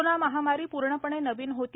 corona महामारी पूर्णपणे नवीन होती